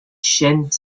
chênes